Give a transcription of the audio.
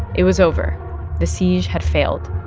it was over the siege had failed.